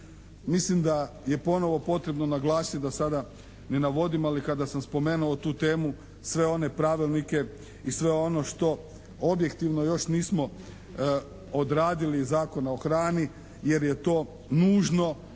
Mislim da je ponovo potrebno naglasiti, da sada ne navodim ali kada sam spomenuo tu temu sve one pravilnike i sve ono što objektivno još nismo odradili Zakona o hrani jer je to nužno